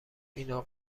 اینو